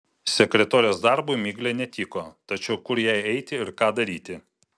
sekretorės darbui miglė netiko tačiau kur jai eiti ir ką daryti